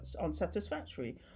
unsatisfactory